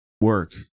work